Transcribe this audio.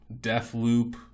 Deathloop